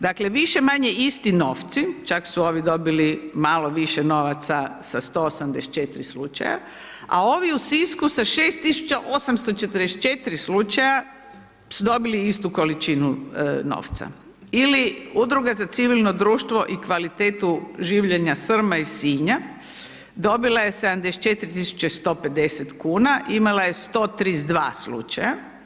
Dakle, više-manje isti novci, čak su ovi dobili malo više novaca sa 184 slučaja, a ovi u Sisku sa 6844 slučaja, su dobili istu količinu novca ili udruga za civilno društvo i kvalitetu življenja Srma iz Sinja dobila je 74 tisuće 150 kn i imala je 132 slučaja.